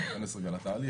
לא ניכנס לתהליך,